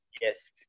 Yes